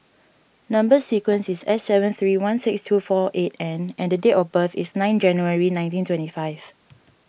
Number Sequence is S seven three one six two four eight N and date of birth is nine January nineteen twenty five